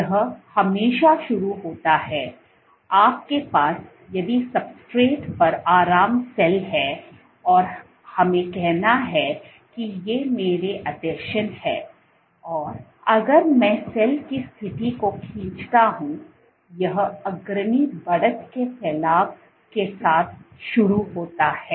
यह हमेशा शुरू होता हैआप के पास यदि सब्सट्रेट पर आराम सेल है और हमें कहना है कि ये मेरे आसंजन हैं और अगर मैं सेल की स्थिति को खींचता हूं यह अग्रणी बढ़त के फलाव के साथ शुरू होता है